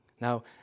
Now